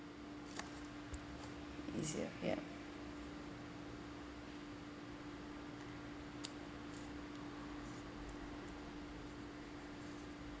easier ya